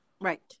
right